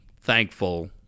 thankful